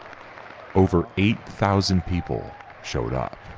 over eight thousand people showed up.